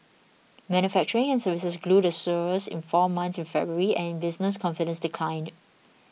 manufacturing and services grew the slowest in four months in February and business confidence declined